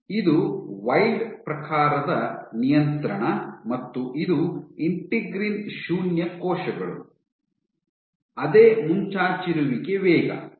ಇದು ವೈಲ್ಡ್ ಪ್ರಕಾರದ ನಿಯಂತ್ರಣ ಮತ್ತು ಇದು ಇಂಟೆಗ್ರಿನ್ ಶೂನ್ಯ ಕೋಶಗಳು ಅದೇ ಮುಂಚಾಚಿರುವಿಕೆ ವೇಗ